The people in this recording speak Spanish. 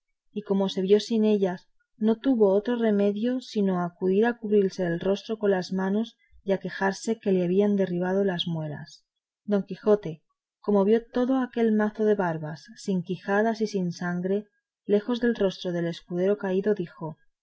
y como se vio sin ellas no tuvo otro remedio sino acudir a cubrirse el rostro con ambas manos y a quejarse que le habían derribado las muelas don quijote como vio todo aquel mazo de barbas sin quijadas y sin sangre lejos del rostro del escudero caído dijo